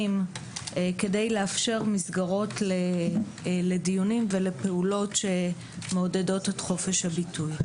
כדי לאפשר מסגרות לדיונים ולפעולות שמעודדות את חופש הביטוי.